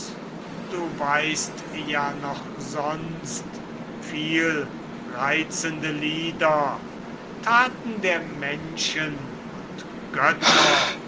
du weißt ja noch sonst viel reizende lieder taten der menschen und götter